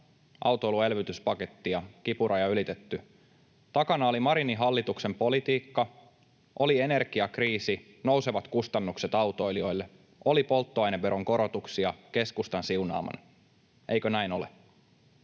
autoilun elvytyspaketti”, takana oli Marinin hallituksen politiikka, oli energiakriisi, nousevat kustannukset autoilijoille, oli polttoaineveron korotuksia keskustan siunaamana. Eikö näin ole?